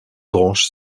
branches